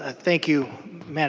ah thank you mme. and